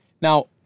Now